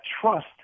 trust